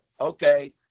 Okay